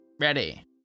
Ready